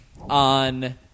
on